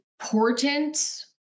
important